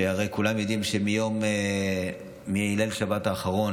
שהרי כולם יודעים שמליל השבת האחרון